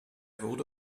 wurde